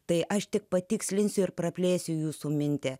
tai aš tik patikslinsiu ir praplėsiu jūsų mintį